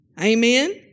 Amen